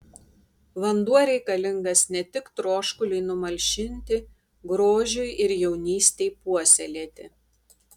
vanduo reikalingas ne tik troškuliui numalšinti grožiui ir jaunystei puoselėti